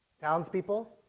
Townspeople